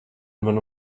man